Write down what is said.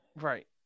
Right